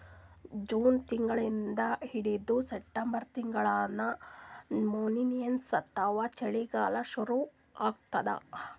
June ತಿಂಗಳಿಂದ್ ಹಿಡದು September ತಿಂಗಳ್ತನಾ ಮಾನ್ಸೂನ್ ಅಥವಾ ಮಳಿಗಾಲ್ ಶುರು ಆತದ್